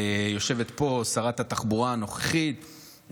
יושבת פה שרת התחבורה הנוכחית.